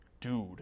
dude